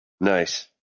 Nice